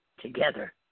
together